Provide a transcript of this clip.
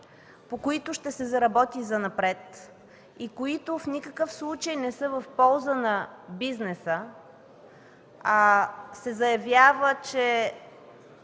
по които ще се работи и занапред и които в никакъв случай не са в полза на бизнеса, се заявява, че